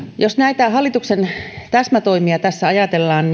jos näitä hallituksen täsmätoimia tässä ajatellaan